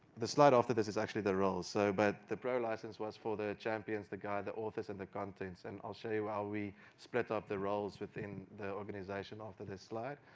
the slide after this is actually the roles, so but the pro license was for the champions, the guy, the office and the contents, and i'll show you how we split up the roles within the organization after this slide.